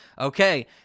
okay